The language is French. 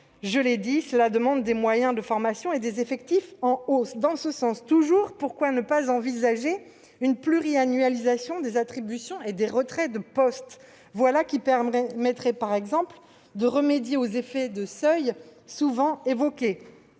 Je l'ai dit, cela demande à la fois des moyens de formation et des effectifs en hausse. Dans ce sens toujours, pourquoi ne pas envisager une pluriannualisation des attributions et des retraits de postes ? Voilà qui permettrait par exemple de remédier aux effets de seuil souvent évoqués.